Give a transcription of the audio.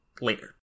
later